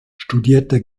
studierte